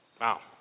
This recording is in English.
Wow